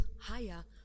higher